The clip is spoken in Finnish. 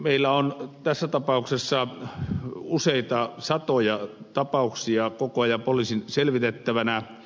meillä on tässä tapauksessa useita satoja tapauksia koko ajan poliisin selvitettävänä